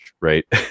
right